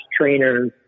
trainers